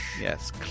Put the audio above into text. Yes